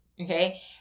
okay